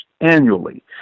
annually